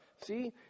See